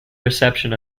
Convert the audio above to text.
reception